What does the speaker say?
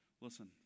Listen